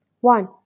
One